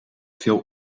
veel